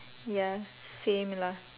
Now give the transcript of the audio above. ya same lah